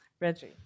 Reggie